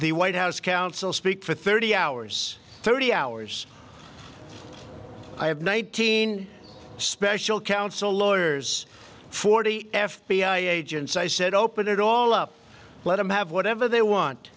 the white house council speak for thirty hours thirty hours i have nineteen special counsel lawyers forty f b i agents i said open it all up let them have whatever they want